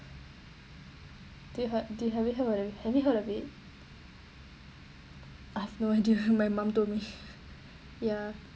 did you heard did you hear~ have you heard of have you heard it I've no idea my mum told me